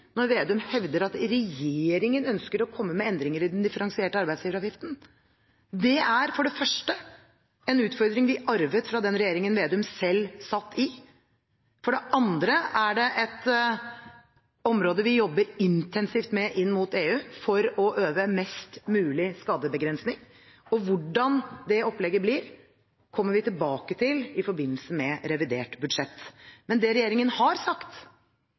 når Slagsvold Vedum hevder at regjeringen ønsker å gjøre endringer i den differensierte arbeidsgiveravgiften. Det er for det første en utfordring vi arvet fra den regjeringen Slagsvold Vedum selv satt i. For det andre er det et område vi jobber intensivt med inn mot EU, for å øve mest mulig skadebegrensning. Hvordan det opplegget blir, kommer vi tilbake til i forbindelse med revidert budsjett. Det regjeringen har sagt,